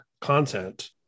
content